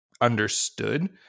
understood